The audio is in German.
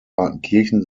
partenkirchen